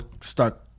start